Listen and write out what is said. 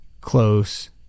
close